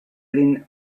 lin